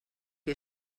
que